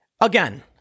Again